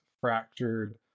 fractured